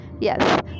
yes